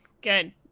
good